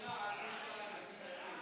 ההצעה להעביר את הצעת חוק סמכויות מיוחדות